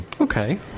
Okay